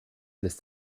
lässt